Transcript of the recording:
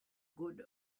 good